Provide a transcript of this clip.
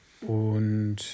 Und